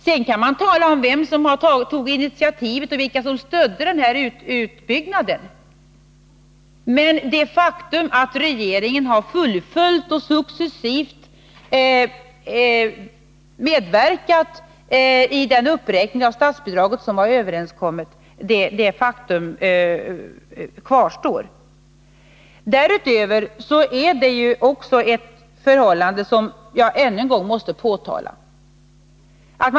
Sedan kan man naturligtvis tala om vilka som tog initiativet och vilka som stödde utbyggnaden, men det faktum att regeringen har fullföljt och successivt medverkat i den uppräkning av statsbidraget som var överenskommen kvarstår. Därutöver är det ett förhållande som jag ännu än gång måste peka på.